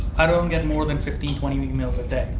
i don't get more than fifteen, twenty emails a day,